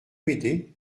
m’aider